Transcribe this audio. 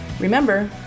Remember